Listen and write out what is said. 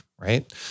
right